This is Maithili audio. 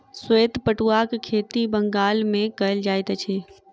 श्वेत पटुआक खेती बंगाल मे कयल जाइत अछि